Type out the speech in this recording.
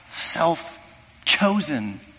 self-chosen